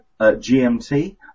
GMT